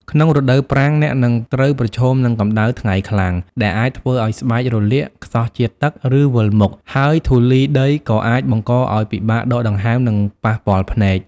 ក្នុងរដូវប្រាំង អ្នកនឹងត្រូវប្រឈមនឹង កម្ដៅថ្ងៃខ្លាំង ដែលអាចធ្វើឱ្យស្បែករលាក ខ្សោះជាតិទឹក ឬវិលមុខ ហើយធូលីដីក៏អាចបង្កឱ្យពិបាកដកដង្ហើម និងប៉ះពាល់ភ្នែក។